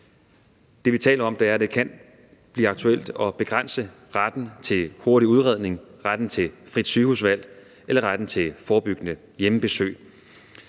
Det, vi taler om, er, at det kan blive aktuelt at begrænse retten til hurtig udredning, retten til frit sygehusvalg eller retten til forebyggende hjemmebesøg.